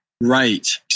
Right